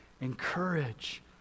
encourage